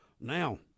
now